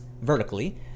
vertically